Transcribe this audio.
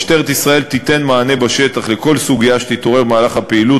משטרת ישראל תיתן מענה בשטח לכל סוגיה שתתעורר במהלך הפעילות,